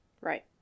Right